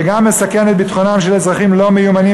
וגם מסכן את ביטחונם של אזרחים לא מיומנים